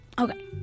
Okay